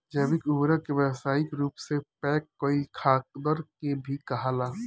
जैविक उर्वरक के व्यावसायिक रूप से पैक कईल खादर के भी कहाला